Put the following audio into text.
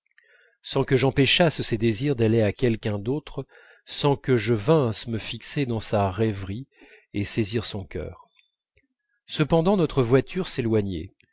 sans que j'empêchasse ses désirs d'aller à quelqu'un d'autre sans que je vinsse me fixer dans sa rêverie et saisir son cœur cependant notre voiture s'éloignait